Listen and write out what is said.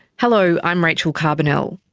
hello, i'm rachel carbonell.